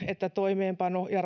että nyt puututaan ja